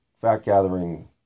fact-gathering